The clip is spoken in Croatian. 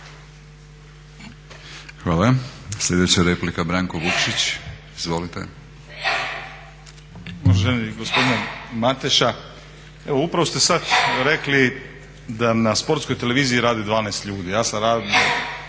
Hvala. Sljedeća replika, Branko Vukšić. Izvolite.